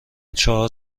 چهار